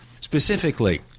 specifically